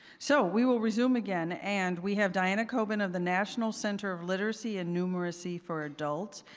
so, we will resume again and we have diana coben of the national centre of literacy and numeracy for adult.